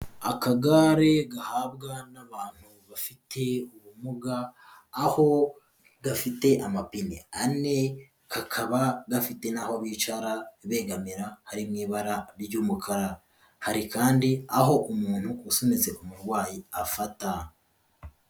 Akagare gahabwa n'abantu bafite ubumuga, aho gafite amapine ane kakaba gafite n'aho bicara begamira hari mu ibara ry'umukara, hari kandi aho umuntu usunitse umurwayi afata.